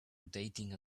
rotating